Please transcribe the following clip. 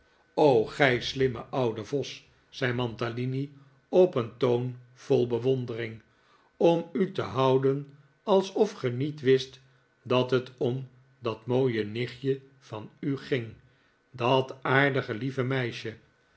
gij slimme oude vos zei mantalini op een toon vol bewondering om u te houden alsof ge niet wist dat het om dat mooie nichtje van u ging dat aardige lieve meisje